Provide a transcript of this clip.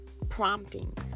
prompting